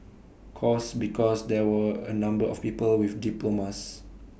course because there were A number of people with diplomas